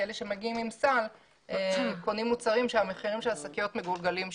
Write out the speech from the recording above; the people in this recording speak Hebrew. כי אלה שמגיעים עם סל קונים מוצרים שהמחירים של השקיות מגולגלים שם.